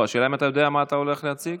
השאלה היא אם אתה יודע מה אתה הולך להציג.